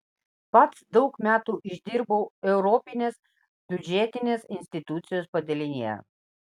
pats daug metų išdirbau europinės biudžetinės institucijos padalinyje